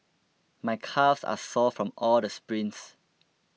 my calves are sore from all the sprints